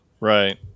right